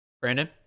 Brandon